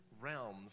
realms